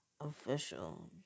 official